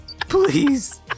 please